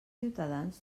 ciutadans